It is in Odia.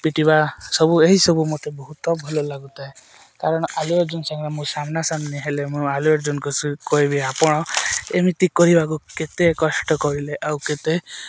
ପିଟିବା ସବୁ ଏହିସବୁ ମତେ ବହୁତ ଭଲ ଲାଗୁଥାଏ କାରଣ ଆଲୁଅ ଅର୍ଜନ ସାଙ୍ଗରେ ମୋ ସାମ୍ନାସମ୍ନ ହେଲେ ମୁଁ ଆଲୁ ଅର୍ଜନକୁ କହିବି ଆପଣ ଏମିତି କରିବାକୁ କେତେ କଷ୍ଟ କହିଲେ ଆଉ କେତେ